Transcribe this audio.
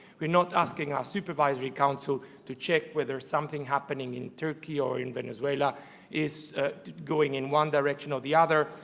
we're not asking our supervisory council to check whether something happening in turkey or in venezuela is going in one direction or the other,